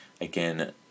again